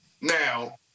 now